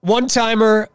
One-timer